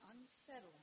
unsettling